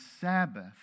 Sabbath